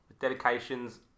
dedications